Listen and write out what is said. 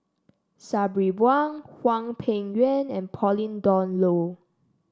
Sabri Buang Hwang Peng Yuan and Pauline Dawn Loh